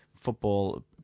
football